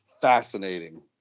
fascinating